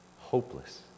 hopeless